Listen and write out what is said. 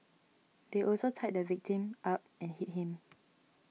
they also tied the victim up and hit him